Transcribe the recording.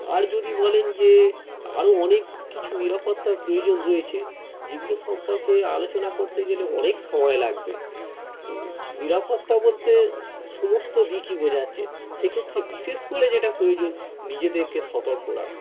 আর যদি বলেন যে আরো অনেক কিছু নিরাপত্তার প্রয়োজন রয়েছে যেগুলো সম্পর্কে আলোচনা করতে গেলে অনেক সময় লাগবে নিরাপত্তা বলতে সমস্ত দিকই বোঝাচ্চে সেক্ষেত্রে বিশেষ করে যেটা প্রয়োজন নিজেদেরকে সতর্ক রাখা